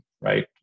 right